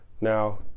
now